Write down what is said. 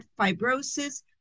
fibrosis